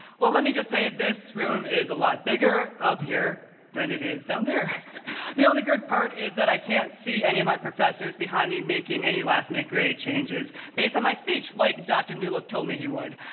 well let me just say this room is a lot bigger up here than it is down there the only good part is that i can't see any of my professors behind me making any last-minute grade changes based on my speech like dr. new-look told me he would